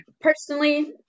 Personally